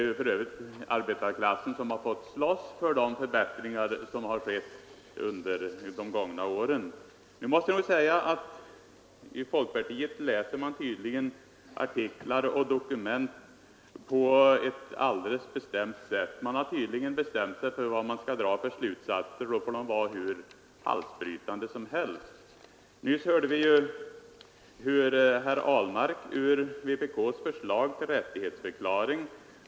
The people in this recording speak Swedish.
Det är för övrigt arbetarklassen som har fått slåss för de förbättringar som har skett under de gångna åren. I folkpartiet läser man artiklar och dokument på ett alldeles särskilt sätt. Man har tydligen bestämt sig för vad man skall dra för slutsatser. Sedan får dessa vara hur halsbrytande som helst. Nyss hörde vi ju hur herr Ahlmark behandlade en paragraf i vpk:s förslag till rättighetsförklaring.